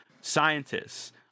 scientists